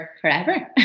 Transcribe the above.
forever